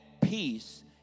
peace